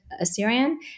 assyrian